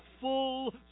full